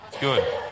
Good